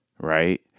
right